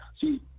See